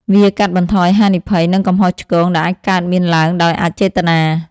វាកាត់បន្ថយហានិភ័យ និងកំហុសឆ្គងដែលអាចកើតមានឡើងដោយអចេតនា។